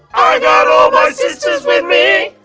i got all my sister with me!